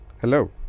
Hello